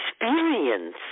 experience